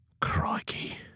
Crikey